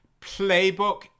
playbook